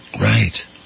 Right